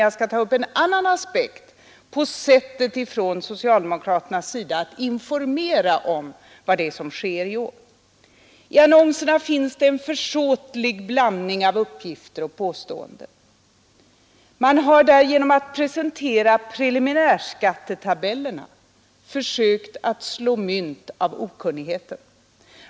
Jag skall ta upp en annan aspekt på socialdemokraternas sätt att informera om vad som sker. I annonserna finns en försåtlig blandning av uppgifter och påståenden. Man har genom att presentera preliminärskattetabellerna försökt slå mynt av folks okunnighet.